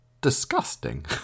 disgusting